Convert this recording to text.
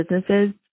businesses